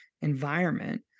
environment